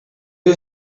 you